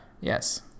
Yes